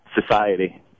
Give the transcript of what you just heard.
society